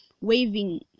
waving